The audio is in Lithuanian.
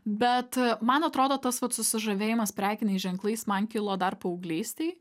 bet man atrodo tas vat susižavėjimas prekiniais ženklais man kilo dar paauglystėj